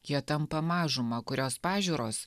jie tampa mažuma kurios pažiūros